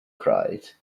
cried